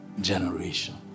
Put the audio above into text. generation